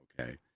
Okay